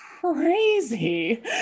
crazy